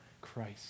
Christ